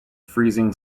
freezing